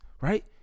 right